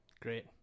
Great